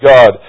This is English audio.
God